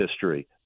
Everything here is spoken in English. history